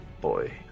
boy